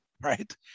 right